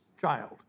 child